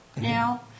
now